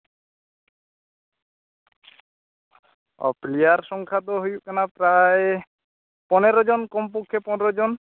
ᱚ ᱯᱞᱮᱭᱟᱨ ᱥᱚᱝᱠᱷᱟ ᱫᱚ ᱦᱩᱭᱩᱜ ᱠᱟᱱᱟ ᱯᱨᱟᱭ ᱯᱚᱱᱮᱨᱚ ᱡᱚᱱ ᱠᱚᱢ ᱯᱚᱠᱠᱷᱮ ᱯᱚᱱᱨᱚ ᱡᱚᱱ